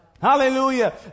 Hallelujah